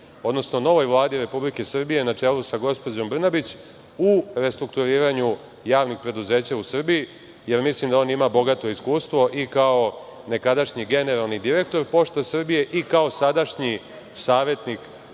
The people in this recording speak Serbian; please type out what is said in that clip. odnosno novoj Vladi Republike Srbije, na čelu sa gospođom Brnabić, u restrukturiranju javnih preduzeća u Srbiji, jer mislim da on ima bogato iskustvo, i kao nekadašnji generalni direktor „Pošta Srbije“ i kao sadašnji savetnik